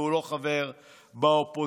והוא לא חבר באופוזיציה,